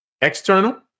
external